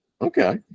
Okay